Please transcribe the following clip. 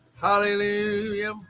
Hallelujah